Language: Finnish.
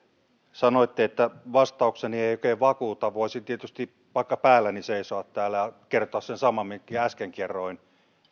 sanoitte että vastaukseni ei oikein vakuuta voisin tietysti vaikka päälläni seisoa täällä ja kertoa sen saman minkä äsken kerroin